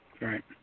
Right